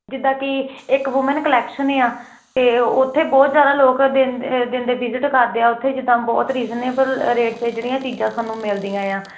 ਜਿੱਦਾਂ ਕਿ ਇੱਕ ਵੁਮਨ ਕਲੈਕਸ਼ਨ ਆ ਤੇ ਉਥੇ ਬਹੁਤ ਜਿਆਦਾ ਲੋਕ ਦਿੰਦੇ ਦਿਨ ਦੇ ਵਿਜਿਟ ਕਰਦੇ ਆ ਉਥੇ ਜਿੱਦਾਂ ਬਹੁਤ ਰੀਜਨੇਬਲ ਰੇਟ ਤੇ ਜਿਹੜੀਆਂ ਚੀਜ਼ਾਂ ਸਾਨੂੰ ਮਿਲਦੀਆਂ ਆ